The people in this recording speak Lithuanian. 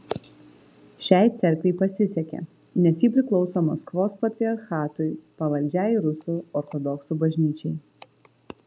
šiai cerkvei pasisekė nes ji priklauso maskvos patriarchatui pavaldžiai rusų ortodoksų bažnyčiai